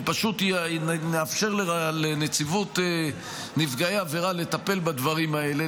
פשוט נאפשר לנציבות נפגעי עבירה לטפל בדברים האלה,